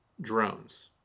drones